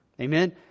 Amen